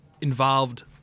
involved